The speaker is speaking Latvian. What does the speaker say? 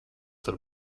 tur